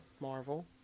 Marvel